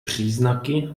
příznaky